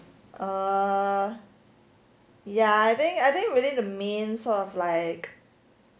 err ya I think I think within the main sort of like